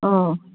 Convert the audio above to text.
अ